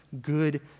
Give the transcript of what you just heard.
good